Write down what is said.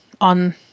on